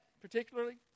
particularly